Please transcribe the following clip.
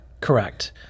Correct